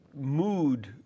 mood